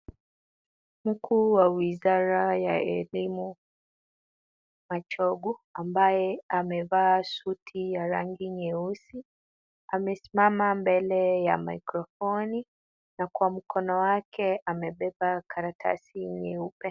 Mkuu wa wizara ya elimu Machogu, ambaye amevaa suti ya rangi nyeusi. Amesimama mbele ya microphone , na kwa mkono wake amebeba karatasi nyeupe.